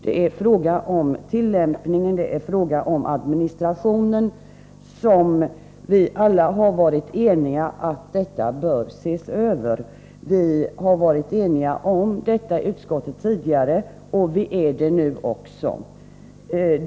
Frågan gäller tillämpningen och administrationen, som vi alla har varit eniga om bör ses över: Det har vi varit eniga om i utskottet tidigare, och vi är det också nu.